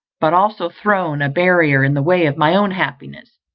but also thrown a barrier in the way of my own happiness,